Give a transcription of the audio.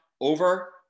Over